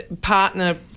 partner